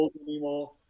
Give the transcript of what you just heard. anymore